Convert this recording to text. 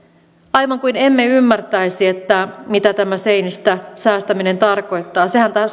aivan kuin emme ymmärtäisi mitä tämä seinistä säästäminen tarkoittaa sehän